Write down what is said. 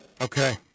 Okay